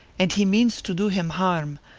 and he means to do him harm,